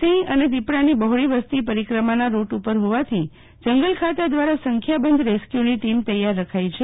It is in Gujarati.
સિંહ અને દિપડાની બહોળી વસ્તી પરિક્રમાના રૂટ ઉપર હોવાથી જંગલ ખાતા દ્વારા સંખ્યાબંધ રેસ્યુની ટીમ તૈયાર રખાઇ છે